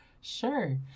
sure